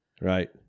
Right